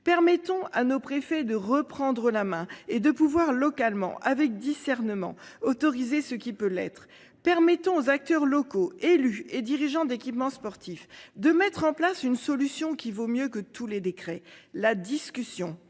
permettons à nos préfets de reprendre la main et de pouvoir localement avec discernement autoriser ce qui peut l'être. Permettons aux acteurs locaux, élus et dirigeants d'équipements sportifs de mettre en place une solution qui vaut mieux que tous les décrets, la discussion,